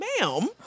ma'am